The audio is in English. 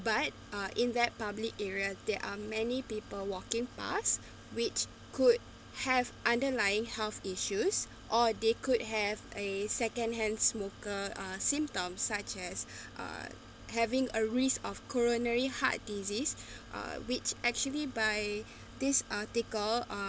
but are in that public area there are many people walking pass which could have underlying health issues or they could have a secondhand smoker uh symptom such as uh having a risk of coronary heart disease uh which actually by this article